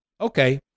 Okay